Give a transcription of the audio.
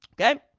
Okay